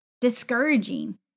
discouraging